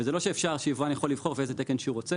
וזה לא שיבואן יכול לבחור איזה תקן שהוא רוצה